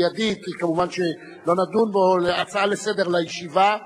מיידית, כמובן, לא נדון בה, הצעה לסדר לישיבה,